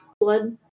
blood